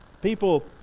People